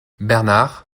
bernard